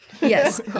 Yes